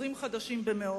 ועוזרים חדשים במאות,